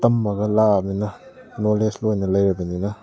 ꯇꯝꯃꯒ ꯂꯥꯛꯑꯝꯕꯅꯤꯅ ꯅꯣꯂꯦꯖ ꯂꯣꯏꯅ ꯂꯩꯔꯕꯅꯤꯅ